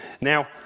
Now